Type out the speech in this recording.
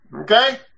Okay